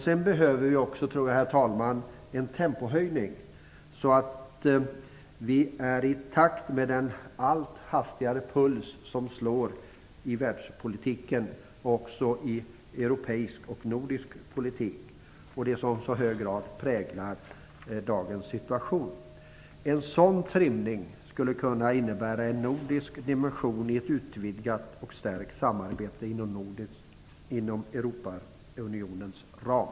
Jag tror också, herr talman, att vi behöver en tempohöjning så att vi är i takt med den allt hastigare puls som slår i världspolitiken - också i europeisk och nordisk politik - som i så hög grad präglar dagens situation. En sådan trimning skulle kunna innebära en nordisk dimension i ett utvidgat och stärkt samarbete inom Europaunionens ram.